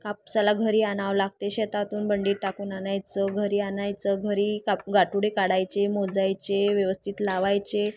कापसाला घरी आणावं लागते शेतातून बंडीत टाकून आणायचं घरी आणायचं घरी काप गाठोडे काढायचे मोजायचे व्यवस्थित लावायचे